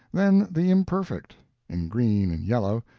then the imperfect in green and yellow,